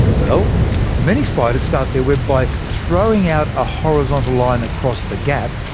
well many spiders start their web by throwing out a horizontal line across the gap,